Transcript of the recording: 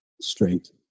straight